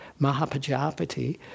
Mahapajapati